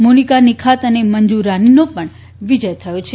Monica Nikhat અને મંજુ રાનીનો પણ વિજય થયો છે